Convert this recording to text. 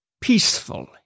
peaceful